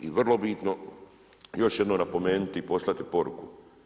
I vrlo bitno još jednom napomenuti i poslati poruku.